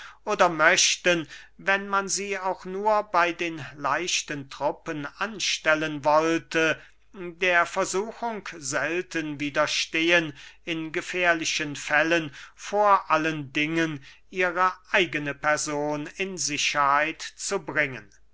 oder möchten wenn man sie auch nur bey den leichten truppen anstellen wollte der versuchung selten widerstehen in gefährlichen fällen vor allen dingen ihre eigne person in sicherheit zu bringen